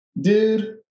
Dude